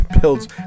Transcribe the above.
builds